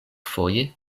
foje